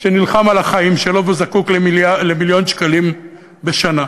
שנלחם על החיים שלו וזקוק למיליון שקלים בשנה.